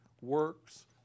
works